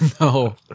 no